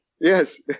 Yes